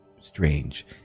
strange